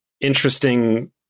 interesting